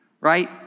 right